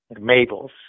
Mabel's